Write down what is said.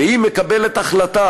והיא מקבלת החלטה,